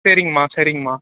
சரிங்கம்மா சரிங்கம்மா